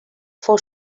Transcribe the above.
fou